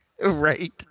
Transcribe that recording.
Right